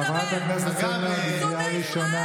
חברת הכנסת סגמן, קריאה ראשונה.